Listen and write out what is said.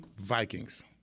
Vikings